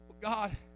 God